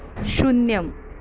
शून्यम्